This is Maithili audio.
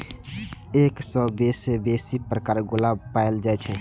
एक सय सं बेसी प्रकारक गुलाब पाएल जाए छै